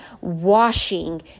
washing